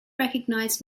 recognized